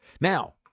Now